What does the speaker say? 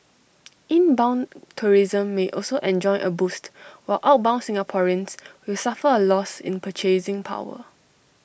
inbound tourism may also enjoy A boost while outbound Singaporeans will suffer A loss in purchasing power